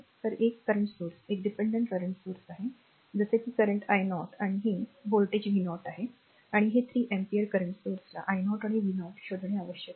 तर एक current स्त्रोत एक dependent current स्त्रोत आहे जसे की current i 0 आणि हे r व्होल्टेज v0 आहे आणि हे 3 अँपिअर current स्त्रोताला i 0 आणि v0 शोधणे आवश्यक आहे